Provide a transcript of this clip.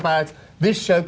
about this show